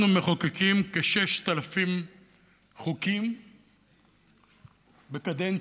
אנחנו מחוקקים כ-6,000 חוקים בקדנציה.